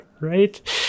right